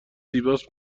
زیباست